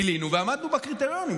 מילאנו ועמדנו בקריטריונים,